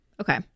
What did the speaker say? Okay